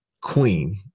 queen